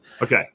Okay